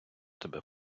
тебе